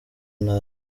nabi